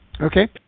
Okay